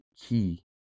key